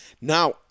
Now